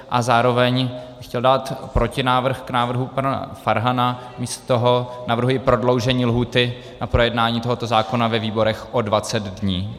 A zároveň bych chtěl dát protinávrh k návrhu pana Farhana, místo toho navrhuji prodloužení lhůty na projednání tohoto zákona ve výborech o 20 dní.